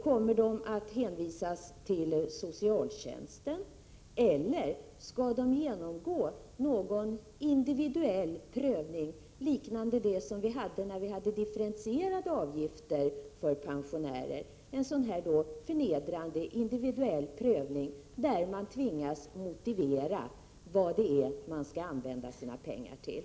Kommer de att hänvisas till socialtjänsten, eller skall de genomgå någon individuell prövning, liknande den som vi hade när vi hade differentierade avgifter för pensionärer — en förnedrande individuell prövning där man tvingas motivera vad man skall använda sina pengar till?